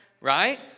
right